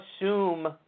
assume